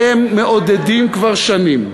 שאתם מעודדים כבר שנים?